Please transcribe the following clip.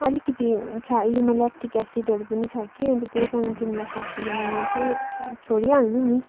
अलिकति छ्या यसमा ल्याक्टिक एसिडहरू पनि छ के अन्त त्यही कारण तिमीलाई फापेन भने चाहिँ छोडिहाल्नु नि